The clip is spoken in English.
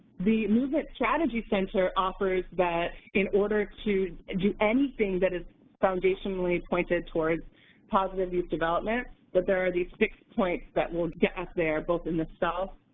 the movement strategy center offers that in order to do anything that is foundationally pointed towards positive youth development, that there are these six points that will get us there both in the self,